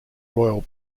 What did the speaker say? royal